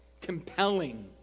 compelling